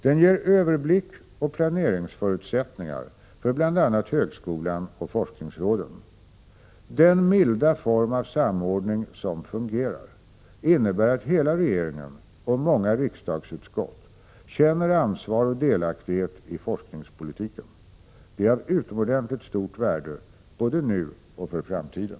Det ger överblick och planeringsförutsättningar för högskolan och forskningsråden. Den milda form av samordning som fungerar innebär att hela regeringen och många riksdagsutskott känner ansvar och delaktighet i forskningspolitiken. Det är av utomordentligt stort värde både nu och för framtiden.